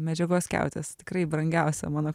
medžiagos skiautės tikrai brangiausia mano